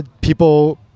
people